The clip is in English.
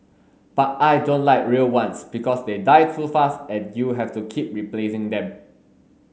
but I don't like real ones because they die too fast and you have to keep replacing them